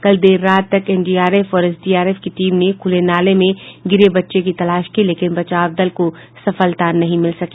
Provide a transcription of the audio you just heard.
कल देर रात तक एनडीआरएफ और एसडीआरएफ की टीम ने खूले नाले में गिरे बच्चे की तलाश की लेकिन बचाव दल को सफलता नहीं मिल सकी